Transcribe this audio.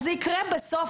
זה יקרה בסוף,